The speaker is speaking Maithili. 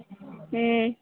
हूँ